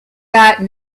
got